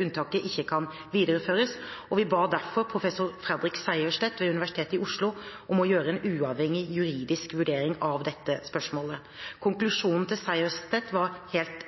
unntaket ikke kan videreføres, og vi ba derfor professor Fredrik Sejersted ved Universitetet i Oslo om å gjøre en uavhengig juridisk vurdering av dette spørsmålet. Konklusjonen til Sejersted var helt